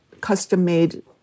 custom-made